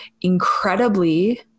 incredibly